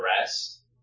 rest